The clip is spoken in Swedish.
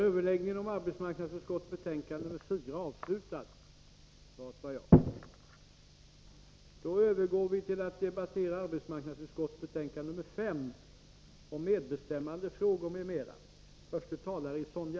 Kammaren övergår nu till att debattera arbetsmarknadsutskottets betänkande 5 om medbestämmandefrågor m.m.